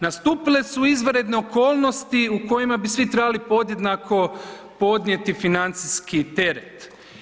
Nastupile su izvanredne okolnostima u kojima bi svi trebali podjednako podnijeti financijski teret.